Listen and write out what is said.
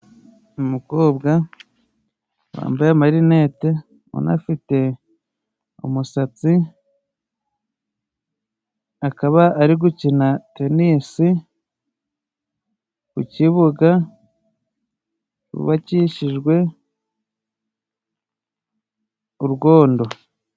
Umukobwa wambaye amarineti, unafite umusatsi akaba ari gukina tenisi ku kibuga cyubakishijwe urwondo.